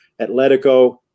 Atletico